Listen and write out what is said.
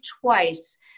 twice